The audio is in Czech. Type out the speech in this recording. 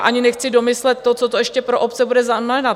Ani nechci domyslet, co to ještě pro obce bude znamenat.